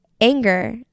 Anger